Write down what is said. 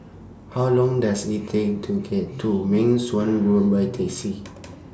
How Long Does IT Take to get to Meng Suan Road By Taxi